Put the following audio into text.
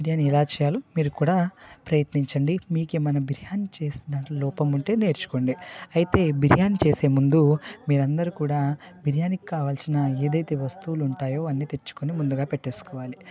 బిర్యానీ ఎలా చేయాలో మీరు కూడా ప్రయత్నించండి మీకు ఏమైనా బిర్యానీ చేసినప్పుడు లోపం ఉంటే నేర్చుకోండి అయితే బిర్యానీ చేసే ముందు మీరందరు కూడా బిర్యానీకి కావలసిన ఏదైతే వస్తువులు ఉంటాయో అన్నీ తెచ్చుకొని ముందుగా పెట్టుకోవాలి